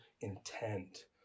intent